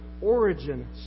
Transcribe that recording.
origin